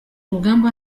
rugamba